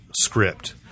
script